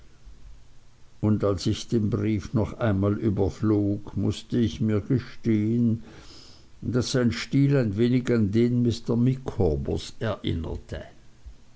und als ich den brief noch einmal überflog mußte ich mir gestehen daß sein stil ein wenig an den mr micawbers erinnerte